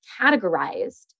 categorized